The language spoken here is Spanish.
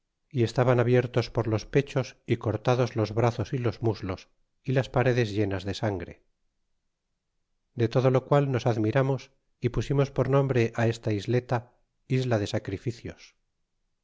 y estaban abiertos por los pechos y cortados los brazos y les muslos y las paredes llenas de sangre de todo lo qual nos admiramos y pusimos por nombre esta isleta isla de sacrificios